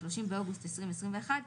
30 באוגוסט 2021,